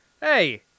Hey